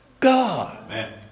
God